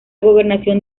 gobernación